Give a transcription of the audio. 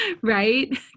Right